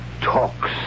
talks